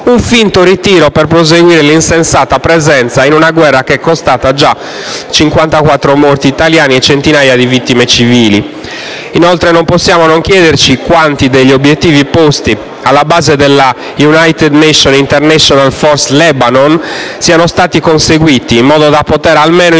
un finto ritiro per proseguire l'insensata presenza in una guerra, che è costata già 54 morti italiani e centinaia di vittime civili. Inoltre, non possiamo non chiederci quanti degli obiettivi posti alla base della United Nation Interim Force in Lebanon siano stati conseguiti, in modo da poter almeno intravedere